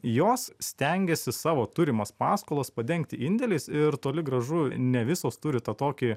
jos stengiasi savo turimas paskolas padengti indėliais ir toli gražu ne visos turi tą tokį